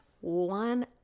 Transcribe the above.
one